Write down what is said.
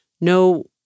No